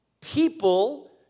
people